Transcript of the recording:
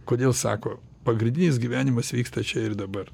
kodėl sako pagrindinis gyvenimas vyksta čia ir dabar